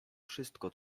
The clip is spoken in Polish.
wszystko